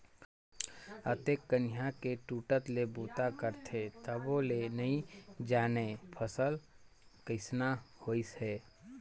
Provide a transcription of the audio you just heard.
अतेक कनिहा के टूटट ले बूता करथे तभो ले नइ जानय फसल कइसना होइस है